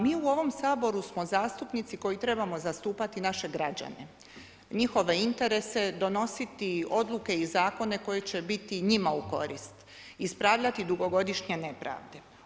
Mi u ovom Saboru smo zastupnici koji trebamo zastupati naše građane, njihove interese, donositi odluke i zakone koji će biti njima u korist, ispravljati dugogodišnje nepravde.